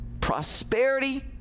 prosperity